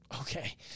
Okay